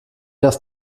das